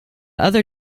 other